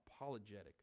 apologetic